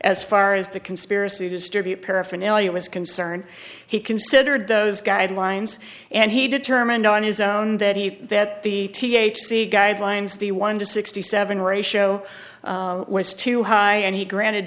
as far as the conspiracy to distribute paraphernalia was concerned he considered those guidelines and he determined on his own that he that the t h c guidelines the one to sixty seven ratio was too high and he granted